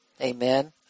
Amen